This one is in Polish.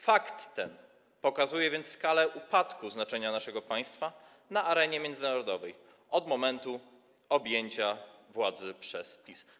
Fakt ten pokazuje więc skalę upadku znaczenia naszego państwa na arenie międzynarodowej od momentu objęcia władzy przez PiS.